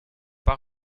pas